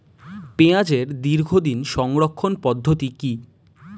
পেঁয়াজের দীর্ঘদিন সংরক্ষণ পদ্ধতি কি?